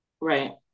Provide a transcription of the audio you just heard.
Right